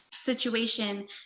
situation